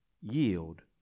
yield